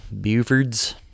Bufords